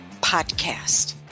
podcast